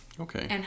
Okay